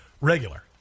regular